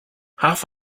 half